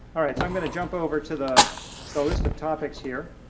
all right, so i'm going to jump over to the the list of topics here,